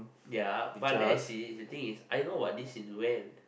ya but then I see it is the thing I know about it since when